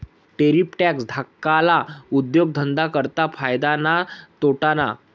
Tariff tax धाकल्ला उद्योगधंदा करता फायदा ना का तोटाना?